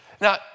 Now